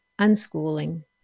unschooling